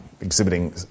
exhibiting